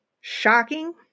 shocking